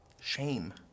shame